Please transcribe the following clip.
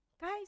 Guys